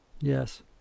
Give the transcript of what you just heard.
Yes